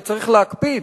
וצריך להקפיד